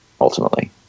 ultimately